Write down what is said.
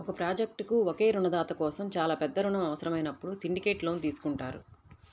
ఒక ప్రాజెక్ట్కు ఒకే రుణదాత కోసం చాలా పెద్ద రుణం అవసరమైనప్పుడు సిండికేట్ లోన్ తీసుకుంటారు